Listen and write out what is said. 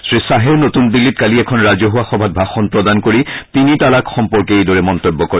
শ্ৰীয়াহে নতুন দিল্লীত কালি এখন ৰাজহুৱা সভাত ভাষণ প্ৰদান কৰি তিনি তালাক সম্পৰ্কে এইদৰে মন্তব্য কৰে